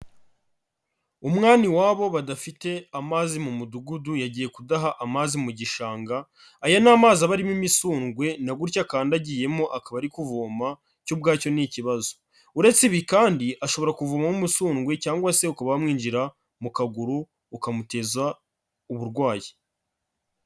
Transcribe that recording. Umwana iwabo badafite amazi mu Mudugudu, yagiye kudaha amazi mu gishanga, aya ni amazi aba arimo imisundwe na gutya akandagiyemo akaba ari kuvoma cyo ubwacyo ni ikibazo. Uretse ibi kandi ashobora kuvomamo umusundwe cyangwa se ukaba wamwinjira mu kaguru ukamuteza uburwayi.